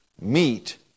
meet